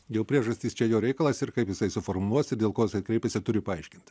jau priežastys čia jo reikalas ir kaip jisai suformuos ir dėl ko kreipiasi turi paaiškinti